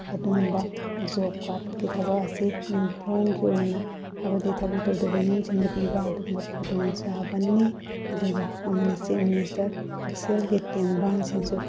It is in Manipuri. ꯑꯗꯨꯝꯕ ꯖꯣꯕ ꯀꯥꯔꯠꯀꯤ ꯊꯕꯀ ꯑꯁꯤ ꯌꯨꯝꯊꯣꯡꯒꯤ ꯑꯣꯏꯅ ꯍꯥꯏꯕꯗꯤ ꯊꯕꯛ ꯇꯧꯗꯕ ꯏꯃꯨꯡꯁꯤꯡꯗ ꯄꯤꯕ ꯑꯗꯨꯒꯨꯝꯕ ꯈꯨꯗꯣꯡ ꯆꯥꯕꯅꯤ ꯑꯗꯨꯒ ꯑꯃꯅ ꯆꯤꯞ ꯃꯤꯅꯤꯁꯇꯔ ꯍꯛꯁꯦꯜꯒꯤ ꯇꯦꯡꯕꯥꯡꯁꯤꯡꯁꯨ